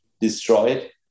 destroyed